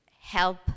help